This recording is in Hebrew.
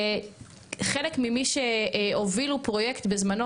חלק ממי שהובילו פרויקט בזמנו,